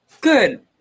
Good